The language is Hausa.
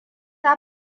ya